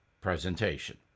presentation